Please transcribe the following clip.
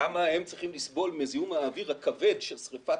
ולמה הם צריכים לסבול מזיהום האוויר הכבד של שריפת